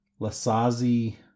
Lasazi